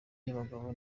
y’abagabo